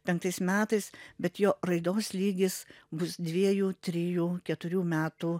penktais metais bet jo raidos lygis bus dviejų trijų keturių metų